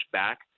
back